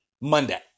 Monday